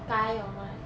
guy or what